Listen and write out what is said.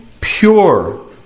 pure